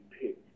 pick